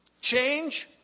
Change